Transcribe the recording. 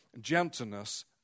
gentleness